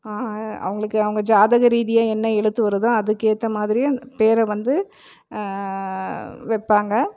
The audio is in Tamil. அவங்களுக்கு அவுங்க ஜாதக ரீதியாக என்ன எழுத்து வருதோ அதுக்கேற்ற மாதிரி பேரை வந்து வைப்பாங்க